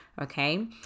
Okay